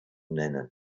nennen